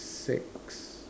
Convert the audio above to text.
six